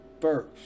first